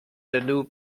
danube